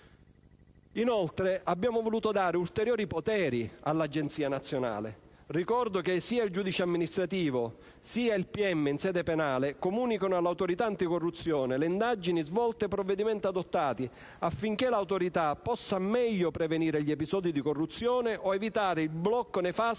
Inoltre, abbiamo voluto dare ulteriori poteri all'Agenzia nazionale. Ricordo che sia il giudice amministrativo, sia il pm in sede penale comunicano all'Autorità anticorruzione le indagini svolte e i provvedimenti adottati, affinché l'Autorità possa meglio prevenire gli episodi di corruzione o evitare il blocco nefasto